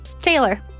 Taylor